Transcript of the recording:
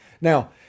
Now